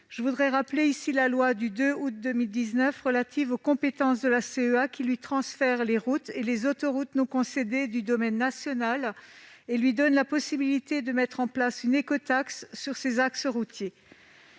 Je voudrais rappeler ici la loi du 2 août 2019 relative aux compétences de la CEA, qui transfère à celle-ci les routes et les autoroutes non concédées du domaine national et lui donne la possibilité de mettre en place une écotaxe sur ses axes routiers.